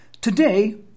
Today